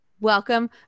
Welcome